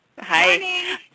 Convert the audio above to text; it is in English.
Hi